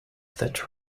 that